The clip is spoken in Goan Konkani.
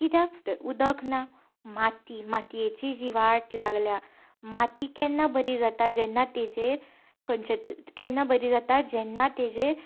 कित्याक उदक ना माती मातयेची जी वाट लागल्या माती केन्ना बरी जाता जेन्ना तेचेर खंयचे केन्ना बरी जाता जेन्ना तेचेर